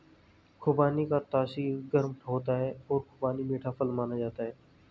खुबानी का तासीर गर्म होता है और खुबानी मीठा फल माना जाता है